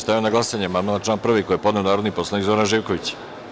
Stavljam na glasanje amandman na član 1. koji je podneo narodni poslanik Zoran Živković.